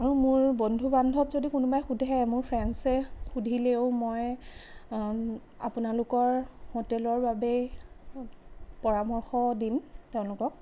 আৰু মোৰ বন্ধু বান্ধৱ যদি কোনোবাই সোধে মোৰ ফ্ৰেইণ্ডছে সুধিলেও মই আপোনালোকৰ হোটেলৰ বাবেই পৰামৰ্শ দিম তেওঁলোকক